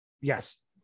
Yes